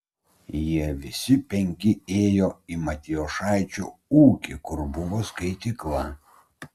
jie visi penki ėjo į matijošaičio ūkį kur buvo skaitykla